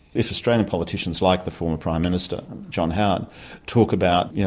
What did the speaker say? if australian politicians like the former prime minister john howard talk about, you know,